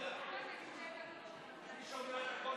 תגידו משהו.